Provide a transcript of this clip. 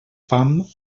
fam